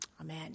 amen